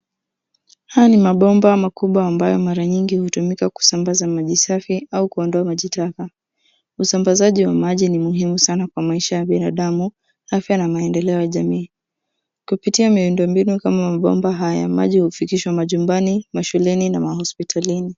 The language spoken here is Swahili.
Haya ni mabomba makubwa ambayo mara nyingi hutumika kusambaza maji safi au kuondoa maji taka. Usambazaji wa maji ni muhimu sana kwa maisha ya binadamu, afya na maendeleo ya jamii. Kupitia miundo mbinu kama mabomba haya, maji hufikishwa majumbani, mashuleni na mahospitalini.